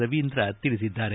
ರವೀಂದ್ರ ತಿಳಿಸಿದ್ದಾರೆ